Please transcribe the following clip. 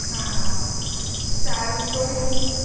હા હા હા સારું તો હું